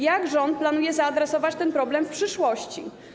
Jak rząd planuje zaadresować ten problem w przyszłości?